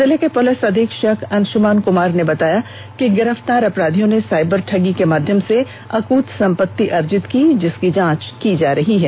जिले के पुलिस अधीक्षक अंधुमन कुमार ने बताया कि गिरफ्तार अपराधियों ने साईबर ठगी के माध्यम से अकूत संपत्ति अर्जित की है जिसकी जांच की जा रही है